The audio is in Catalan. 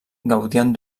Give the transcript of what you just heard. gaudien